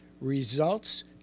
Results